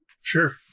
Sure